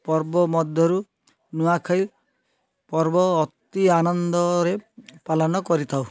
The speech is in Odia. ପର୍ବ ମଧ୍ୟରୁ ନୂଆଖାଇ ପର୍ବ ଅତି ଆନନ୍ଦରେ ପାଲନ କରିଥାଉ